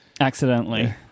Accidentally